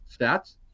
stats